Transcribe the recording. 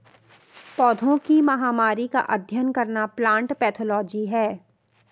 पौधों की महामारी का अध्ययन करना प्लांट पैथोलॉजी है